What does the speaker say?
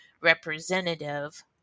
representative